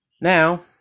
Now